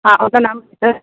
हाँ अपना नाम